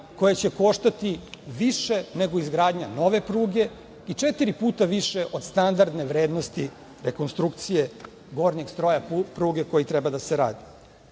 koja će koštati više nego izgradnja nove pruge i četiri puta više od standardne vrednosti rekonstrukcije gornjeg stroja pruge koji treba da se radi. Mi